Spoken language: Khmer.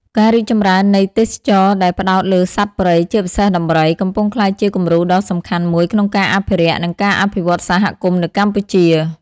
ការរីកចម្រើននៃទេសចរណ៍ដែលផ្តោតលើសត្វព្រៃ ជាពិសេសដំរី កំពុងក្លាយជាគំរូដ៏សំខាន់មួយក្នុងការអភិរក្ស និងការអភិវឌ្ឍសហគមន៍នៅកម្ពុជា។